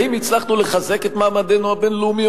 האם הצלחנו לחזק את מעמדנו הבין-לאומי,